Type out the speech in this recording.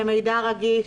למידע רגיש,